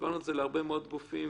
העברנו את זה להרבה מאוד גופים,